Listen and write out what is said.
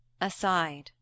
aside